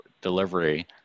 delivery